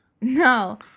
No